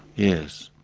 yes.